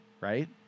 right